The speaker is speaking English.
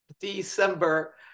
December